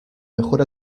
mejor